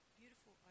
beautiful